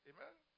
Amen